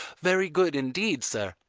very good indeed, sir.